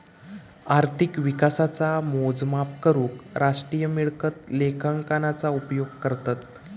अर्थिक विकासाचा मोजमाप करूक राष्ट्रीय मिळकत लेखांकनाचा उपयोग करतत